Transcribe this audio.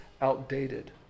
outdated